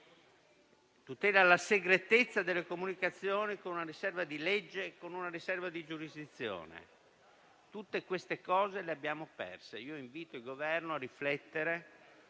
tutela la segretezza delle comunicazioni con una riserva di legge e con una riserva di giurisdizione: tutte queste cose le abbiamo perse. Io invito il Governo a riflettere